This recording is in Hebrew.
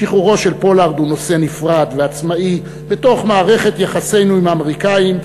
שחרורו של פולארד הוא נושא נפרד ועצמאי בתוך מערכת יחסינו עם האמריקנים,